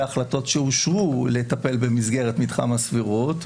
החלטות שאושרו לטפל במסגרת מתחם הסבירות,